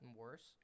worse